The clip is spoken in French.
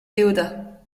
déodat